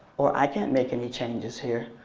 or i can't make any changes here.